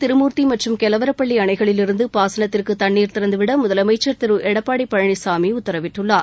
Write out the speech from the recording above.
திருமூர்த்தி மற்றும் கெலவரப்பள்ளி அணைகளிலிருந்து பாசனத்திற்கு தண்ணீர் திறந்துவிட முதலமைச்சர் திரு எடப்பாடி பழனிசாமி உத்தரவிட்டுள்ளார்